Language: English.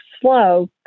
slow